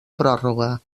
pròrroga